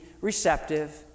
receptive